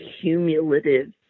cumulative